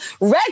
red